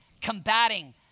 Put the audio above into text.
combating